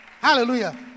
Hallelujah